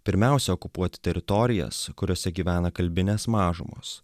pirmiausia okupuoti teritorijas kuriose gyvena kalbinės mažumos